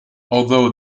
although